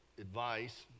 advice